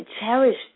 cherish